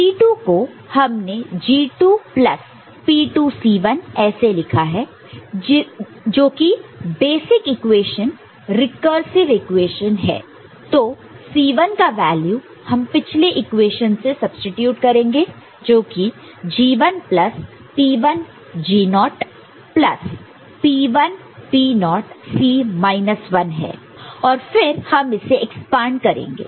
C2 को हमने G2 plus P2 C1 ऐसे लिखा है जोकि बेसिक इक्वेशन रिकर्सिव इक्वेशन है तो C1 का वैल्यू हम पिछले इक्वेशन से सब्सीट्यूट करेंगे जोकि G1 plus P1 G0 naught naught plus P1 P0 naught naught C minus 1 है और फिर हम इसे एक्सपेंड करेंगे